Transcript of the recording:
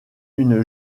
une